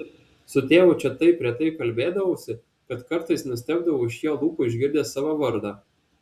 su tėvu čia taip retai kalbėdavausi kad kartais nustebdavau iš jo lūpų išgirdęs savo vardą